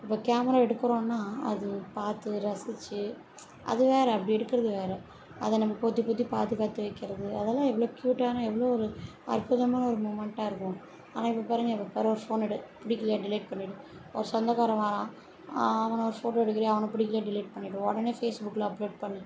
இப்போ கேமராவை எடுக்குறோம்னா அது பார்த்து ரசித்து அது வேற அப்படி எடுக்கிறது வேற அதை நம்ம பொத்தி பொத்தி பாதுகாத்து வைக்கிறது அதெல்லாம் எவ்வளோ க்யூட்டான எவ்வளோ ஒரு அற்புதமான ஒரு முமெண்ட்டாக இருக்கும் ஆனால் இப்போ பாருங்கள் எப்போ பார் ஒரு ஃபோனை எடு பிடிக்கலையா டெலிட் பண்ணிடு ஒரு சொந்தக்காரன் வாரான் அவனை ஒரு ஃபோட்டோ எடுக்குறியா அவனுக்கு பிடிக்கலயா டெலிட் பண்ணிடு உடனே ஃபேஸ்புக்ல அப்லோட் பண்ணு